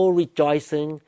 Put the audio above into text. rejoicing